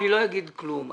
אני לא אגיד כלום.